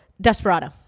Desperado